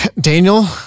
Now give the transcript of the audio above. Daniel